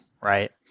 right